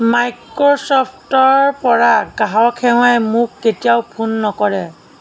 মাইক্ৰ'ছফ্টৰপৰা গ্ৰাহক সেৱাই মোক কেতিয়াও ফোন নকৰে